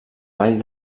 vall